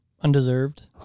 Undeserved